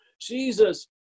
Jesus